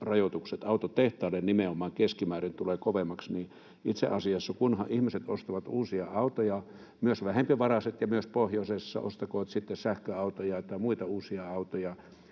päästörajoitukset tulevat keskimäärin kovemmiksi. Itse asiassa, kunhan ihmiset ostavat uusia autoja, myös vähempivaraiset ja myös pohjoisessa — ostakoot sitten sähköautoja tai muita uusia autoja